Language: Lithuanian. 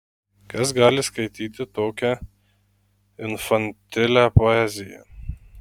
kas gali skaityti tokią infantilią poeziją